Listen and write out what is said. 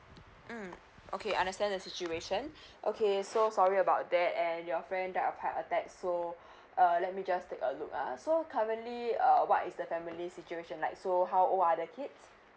mm okay understand the situation okay so sorry about that and your friend that are heart attack so err let me just take a look ah so currently uh what is the family situation like so how old are the kids